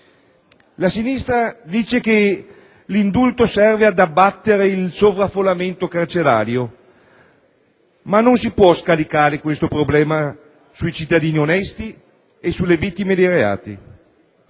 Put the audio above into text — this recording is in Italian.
La sinistra sostiene che l'indulto serve ad abbattere il sovraffollamento carcerario, ma non si può scaricare tale problema sui cittadini onesti e sulle vittime dei reati.